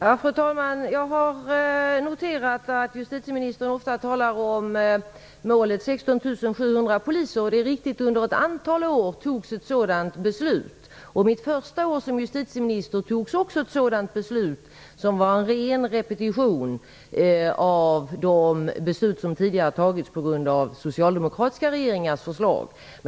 Fru talman! Jag har noterat att justitieministern ofta talar om målet 16 700 poliser. Det är riktigt att det under ett antal år fattades sådana beslut. Under mitt första år som justitieminister fattades också ett sådant beslut, som var en ren repetition av de beslut som tidigare hade fattats i anledning av tidigare socialdemokratiska regeringars förslag.